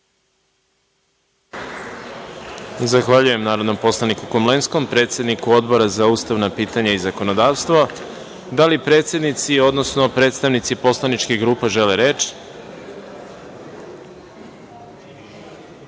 Zahvaljujem narodnom poslaniku Komlenskom, predsedniku Odbora za ustavna pitanja i zakonodavstvo. Da li predsednici odnosno predstavnici poslaničkih grupa žele reč?